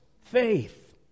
faith